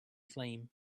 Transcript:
flame